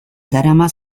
darama